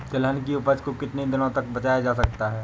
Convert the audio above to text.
तिलहन की उपज को कितनी दिनों तक बचाया जा सकता है?